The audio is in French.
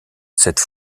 cette